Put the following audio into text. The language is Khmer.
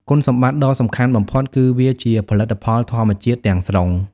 គុណសម្បត្តិដ៏សំខាន់បំផុតគឺវាជា ផលិតផលធម្មជាតិ ទាំងស្រុង។